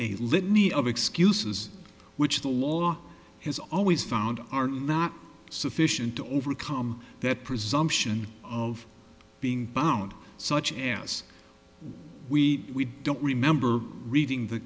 a litany of excuses which the law has always found are not sufficient to overcome that presumption of being bound such as we don't remember reading the